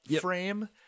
frame